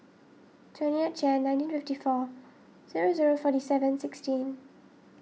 twentieth Jan nineteen fifty four zero zero forty seven sixteen